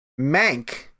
mank